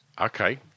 okay